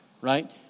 right